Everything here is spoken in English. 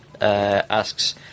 asks